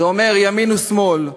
זה אומר ימין ושמאל,